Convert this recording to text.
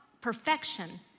perfection